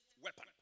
weapon